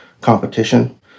competition